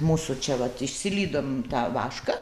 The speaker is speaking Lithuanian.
mūsų čia vat išsilydom tą vašką